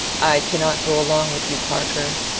i cannot go along with you, parker.